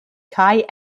kaj